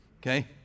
okay